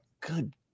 good